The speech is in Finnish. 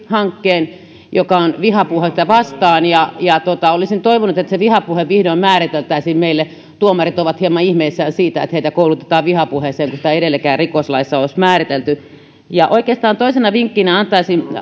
hankkeen joka on vihapuhetta vastaan mutta olisin toivonut että se vihapuhe vihdoin määriteltäisiin meille tuomarit ovat hieman ihmeissään siitä että heitä koulutetaan vihapuheeseen kun sitä ei edelleenkään rikoslaissa ole edes määritelty ja oikeastaan toisena vinkkinä antaisin